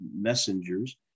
messengers